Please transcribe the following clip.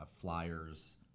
flyers